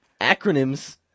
acronyms